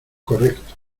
correcto